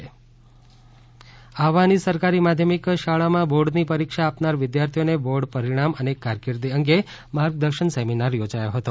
આહવા માર્ગદર્શન સેમિનાર આહવાની સરકારી માધ્યમિક શાળામાં બોર્ડની પરીક્ષા આપનાર વિધાર્થીઓને બોર્ડ પરિણામ અને કારકિર્દી અંગે માર્ગદર્શન સેમિનાર યોજાયો હતો